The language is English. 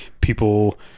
people